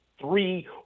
three